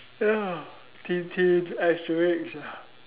ya Tintin Asterix